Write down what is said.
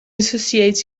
associates